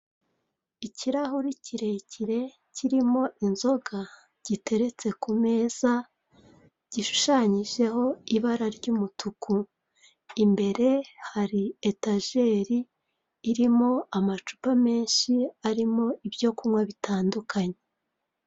Ikirahuri kirekire kirimo inzoga giteretse ku meza, gishushanyijeho ibara ry'umutuku. Imbere hari etajeri irimo amacupa menshi arimo ibyo kunywa bitandukanye.